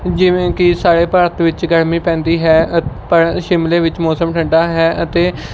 ਜਿਵੇਂ ਕਿ ਸਾਰੇ ਭਾਰਤ ਵਿੱਚ ਗਰਮੀ ਪੈਂਦੀ ਹੈ ਅਤ ਪਰ ਸ਼ਿਮਲੇ ਵਿੱਚ ਮੌਸਮ ਠੰਡਾ ਹੈ ਅਤੇ